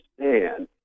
understand